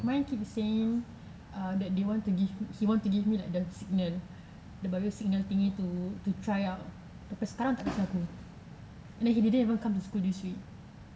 mine keep saying err that they want to give he want to give like the signal dia bagi signal thingy to to try out sampai sekarang tak kasi aku and then he didn't even come to school this week